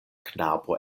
knabo